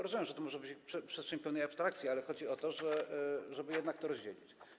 Rozumiem, że to może być przestrzeń pełnej abstrakcji, ale chodzi o to, żeby jednak to rozdzielić.